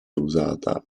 usata